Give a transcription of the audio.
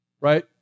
right